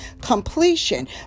completion